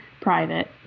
private